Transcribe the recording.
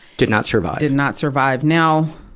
did not survive. did not survive. now,